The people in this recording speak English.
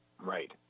Right